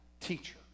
teacher